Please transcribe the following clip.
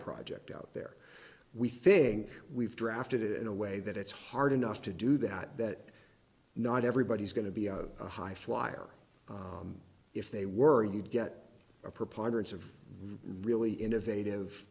project out there we think we've drafted it in a way that it's hard enough to do that that not everybody's going to be a high flyer if they were a you'd get a preponderance of really innovative